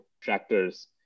tractors